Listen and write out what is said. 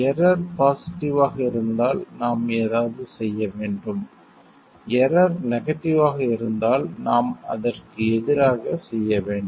error positive ஆக இருந்தால் நாம் ஏதாவது செய்ய வேண்டும் எரர் நெகடிவ் ஆக இருந்தால் நாம் அதற்கு எதிராக செய்ய வேண்டும்